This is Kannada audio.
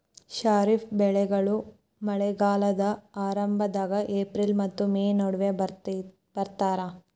ಖಾರಿಫ್ ಬೆಳೆಗಳನ್ನ ಮಳೆಗಾಲದ ಆರಂಭದಾಗ ಏಪ್ರಿಲ್ ಮತ್ತ ಮೇ ನಡುವ ಬಿತ್ತತಾರ